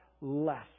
less